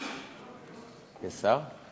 יש שר?